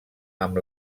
amb